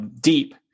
deep